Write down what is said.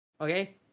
okay